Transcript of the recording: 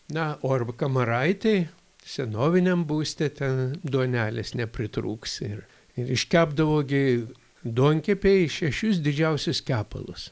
na o arba kamaraitėj senoviniam būste ten duonelės nepritrūks ir ir iškepdavo gi duonkepėj šešis didžiausius kepalus